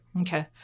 Okay